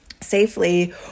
Safely